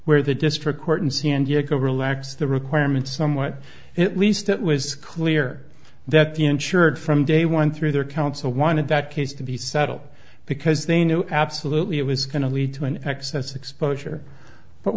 where the district court in san diego relaxed the requirements somewhat it least it was clear that the insured from day one through their counsel wanted that case to be settled because they knew absolutely it was going to lead to an excess exposure but